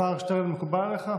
השר שטרן, מקובל עליך?